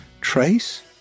Trace